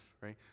right